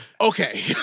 Okay